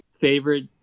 favorite